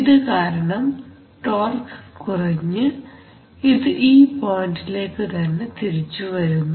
ഇതുകാരണം torque കുറഞ്ഞു ഇത് ഈ പോയന്റിലേക്ക് തന്നെ തിരിച്ചു വരുന്നു